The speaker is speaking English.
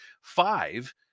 five